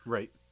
Right